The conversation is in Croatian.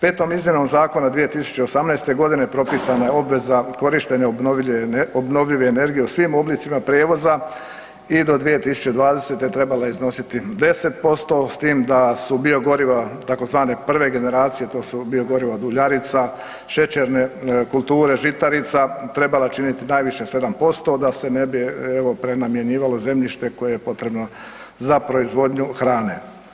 Petom izmjenom zakona 2018. godine propisana je obveza korištenja obnovljive energije u svim oblicima prijevoza i do 2020. trebala je iznositi 10% s tim da su biogoriva tzv. prve generacije to su biogoriva od uljarica, šećerne kulture, žitarica trebale činiti najviše 7% da se ne bi evo prenamjenjivalo zemljište koje je potrebno za proizvodnju hrane.